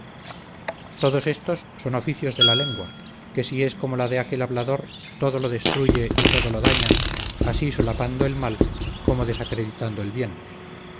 todos estos son oficios de la lengua que si es como la de aquel hablador todo lo destruye y todo lo daña así solapando el mal como desacreditado el bien